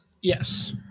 Yes